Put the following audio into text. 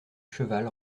cheval